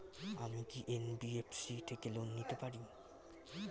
আমি কি এন.বি.এফ.সি থেকে লোন নিতে পারি?